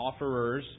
offerers